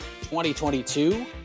2022